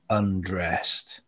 undressed